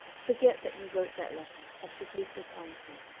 forget that you wrote that letter, and forgive this answer.